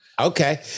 Okay